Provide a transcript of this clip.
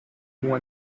loin